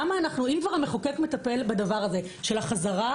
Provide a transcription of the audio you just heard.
אם כבר המחוקק מטפל בדבר הזה של החזרה